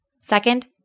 Second